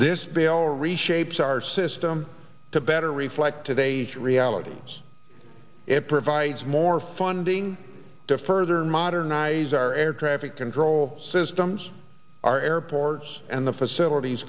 this bill reshapes our system to better reflect to the age of reality it provides more funding to further modernize our air traffic control systems our airports and the facilities